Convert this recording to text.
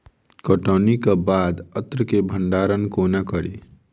कटौनीक बाद अन्न केँ भंडारण कोना करी?